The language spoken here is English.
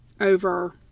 over